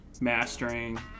mastering